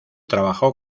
trabajó